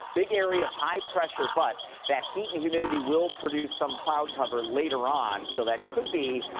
big area of high pressure, but that heat and humidity will produce some cloud cover later on, so that could be,